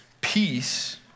peace